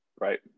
Right